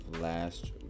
last